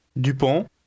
Dupont